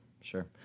Sure